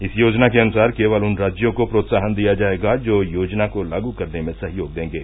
इस योजना के अनुसार केवल उन राज्यों को प्रोत्साहन दिया जायेगा जो योजना को लागू करने में सहयोग देंगे